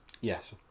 Yes